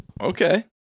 Okay